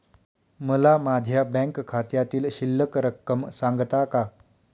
मला माझ्या बँक खात्यातील शिल्लक रक्कम सांगता का?